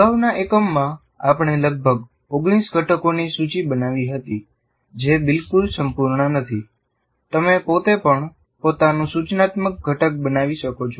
અગાઉના એકમમાં આપણે લગભગ 19 ઘટકોની સૂચિ બનાવી હતી જે બિલકુલ સંપૂર્ણ નથી તમે પોતે પણ પોતાનું સૂચનાત્મક ઘટક બનાવી શકો છો